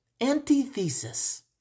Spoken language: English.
antithesis